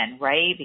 right